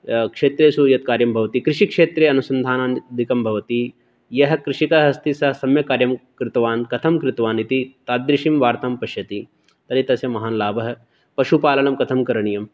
क्षेत्रेषु यत् कार्यं भवति कृषिक्षेत्रे अनुसन्धानान् अधिकं भवति यः कृषकः अस्ति सः सम्यक् कार्यं कृतवान् कथं कृतवान् इति तादृशीं वार्तां पश्यति तर्हि तस्य महान् लाभः पशुपालनं कथं करणीयम्